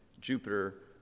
Jupiter